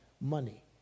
money